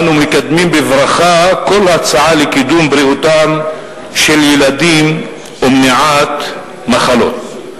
אנו מקדמים בברכה כל הצעה לקידום בריאותם של ילדים ומניעת מחלות.